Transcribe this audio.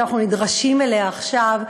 שאנחנו נדרשים לה עכשיו,